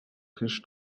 riches